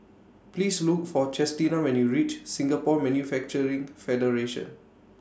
Please Look For Chestina when YOU REACH Singapore Manufacturing Federation